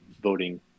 voting